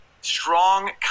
strong